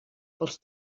pels